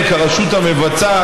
קריאה ראשונה.